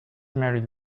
married